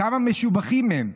כמה משובחים הם,